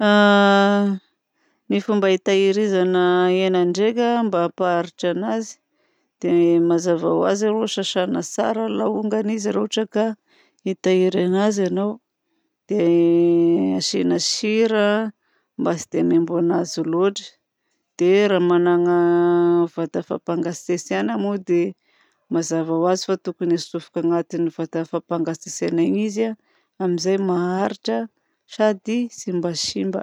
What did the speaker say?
Ny fomba hitahirizana hena ndraika mba hampaharitra anazy dia mazava ho azy aloha sasàna tsara alongany izy. Raha ohatra ka hitahiry anazy ianao dia asiana sira mba tsy dia ahamaimbo anazy loatra dia raha manana vata fampangatsiatsiahana moa dia mazava ho azy fa tokony hatsofoka agnaty ny vata fampangatsiatsiahana iny izy amin'izay maharitra sady tsy mba simba.